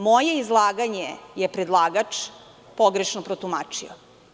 Moje izlaganje je predlagač pogrešno protumačio.